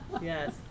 Yes